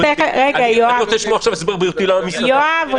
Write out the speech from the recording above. אני רוצה לשמוע עכשיו הסבר בריאותי למה מסעדה --- יואב,